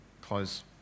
close